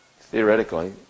Theoretically